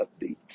updates